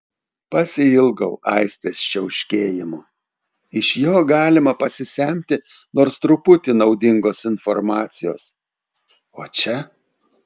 pasiilgau aistės čiauškėjimo iš jo galima pasisemti nors truputį naudingos informacijos o čia